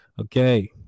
Okay